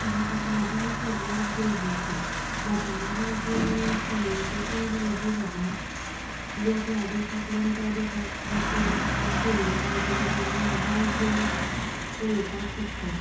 मोगा मोबायल सगल्याक गरजेचो मोबायलाक लागून कम्युनिकेशन बी इझी जालां लोक ह्या देशांतल्यान त्या देशांतले कोणीय आपले सोयरी आसात जाल्यार ताजेर मोबायल त्रू उलोवपाक शकता